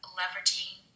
leveraging